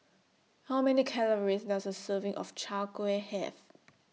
How Many Calories Does A Serving of Chwee Kueh Have